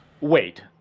Wait